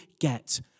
get